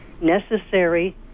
Necessary